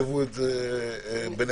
לתוך.